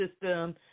system